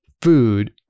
food